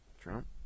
Trump